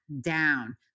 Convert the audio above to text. down